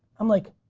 i'm like,